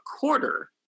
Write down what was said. quarter